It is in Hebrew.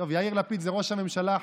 על זה מלכות ישראל נפלה,